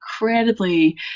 incredibly